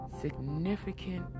significant